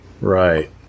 Right